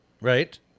right